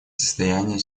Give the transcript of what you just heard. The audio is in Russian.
состояние